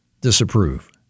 disapprove